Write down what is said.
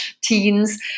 teens